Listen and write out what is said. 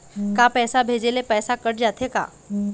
का पैसा भेजे ले पैसा कट जाथे का?